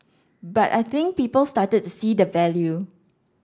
but I think people started to see the value